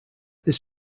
this